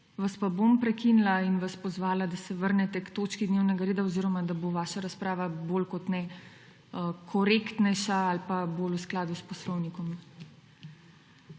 vas pa bom prekinila in vas pozvala, da se vrnete k točki dnevnega reda oziroma da bo vaša razprava bolj kot ne korektnejša ali pa bolj v skladu s poslovnikom.